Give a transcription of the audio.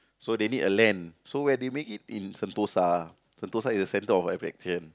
so they need a land so where they make it in Sentosa Sentosa is the center of attraction